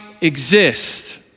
exist